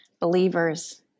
believers